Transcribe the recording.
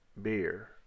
Beer